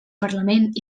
parlament